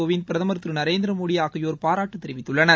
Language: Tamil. கோவிந்த் பிரதமர் திரு நரேந்திரமோடி ஆகியோர் பாராட்டு தெரிவித்துள்ளனர்